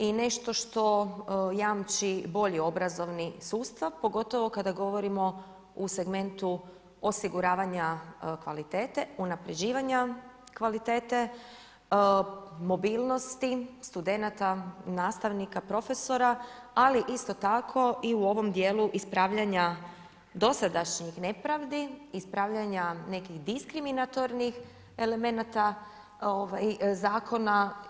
I nešto što jamči bolji obrazovni sustav, pogotovo kada govorimo u segmentu osiguravanja kvalitete, unapređivanja kvalitete, mobilnosti studenata, nastavnika, profesora, ali isto tako i u ovom dijelu ispravljanja dosadašnjih nepravdi, ispravljanja nekih diskriminatornih elemenata zakona.